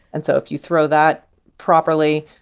and so if you throw that properly,